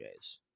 Jays